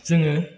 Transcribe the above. जोङो